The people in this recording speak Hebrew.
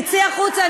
תצאי החוצה,